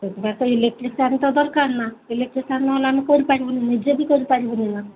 ସେଥିପାଇଁ ଇଲେକ୍ଟ୍ରି ଚାର୍ଜତ ଦରକାର ନା ଇଲେକ୍ଟ୍ରି ଚାର୍ଜ ନ ହେଲେ ଆମେ କରି ପାରିବୁନି ନିଜେ ବି କରି ପାରିବୁନି ନା